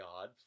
God